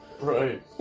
right